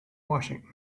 washington